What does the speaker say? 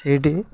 ସେଇଠି